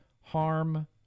Harm